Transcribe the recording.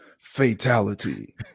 fatality